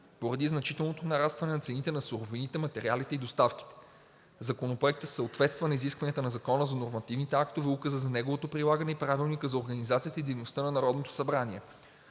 поради значителното нарастване на цените на суровините, материалите и доставките. Законопроектът съответства на изискванията на Закона за нормативните актове, Указа за неговото прилагане и Правилника за организацията и дейността на Народното събрание.